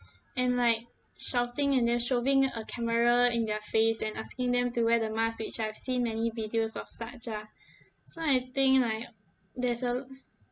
and like shouting and then shoving a camera in their face and asking them to wear the mask which I've seen many videos of such ah so I think like there's a